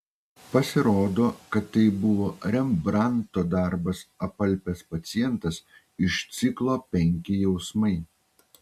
pasirodo kad tai buvo rembrandto darbas apalpęs pacientas iš ciklo penki jausmai